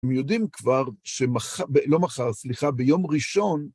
הם יודעים כבר, שמחר... לא מחר, סליחה, ביום ראשון,